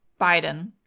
Biden